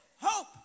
hope